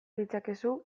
ditzakezu